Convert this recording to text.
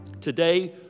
Today